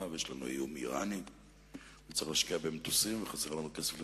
ויש לנו איום אירני וצריך להשקיע במטוסים וחסר לנו כסף לתרופות.